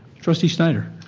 trustee snider.